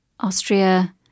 Austria